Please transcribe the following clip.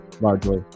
largely